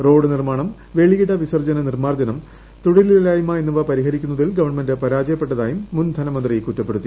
road നിർമ്മാണം വെളിയിട വിസർജ്ജന നിർമ്മാർജ്ജനം തൊഴിലില്ലായ്മ എന്നിവ പരിഹരിക്കുന്നതിൽ ഗവണ്മെന്റ് പരാജയപ്പെട്ടതായും മുൻ ധനമന്ത്രി കുറ്റപ്പെടുത്തി